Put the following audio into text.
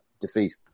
defeat